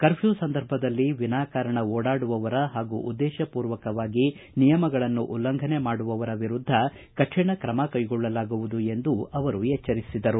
curfew ಸಂದರ್ಭದಲ್ಲಿ ವಿನಾಕಾರಣ ಓಡಾಡುವವರ ಹಾಗೂ ಉದ್ದೇಶಮೂರ್ವಕವಾಗಿ ಕರ್ಫ್ಯೂ ನಿಯಮಗಳನ್ನು ಉಲ್ಲಂಘನೆ ಮಾಡುವವರ ವಿರುದ್ದ ಕಠಿಣ ಕ್ರಮ ಕೈಗೊಳ್ಳಲಾಗುವುದು ಎಂದು ಅವರು ಎಚ್ವರಿಸಿದರು